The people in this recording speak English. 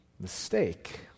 mistake